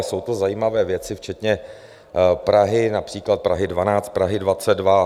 Jsou to zajímavé věci včetně Prahy, například Prahy 12, Prahy 22.